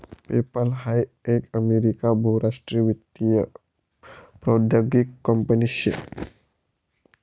PayPal हाई एक America बहुराष्ट्रीय वित्तीय प्रौद्योगीक कंपनी शे